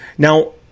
Now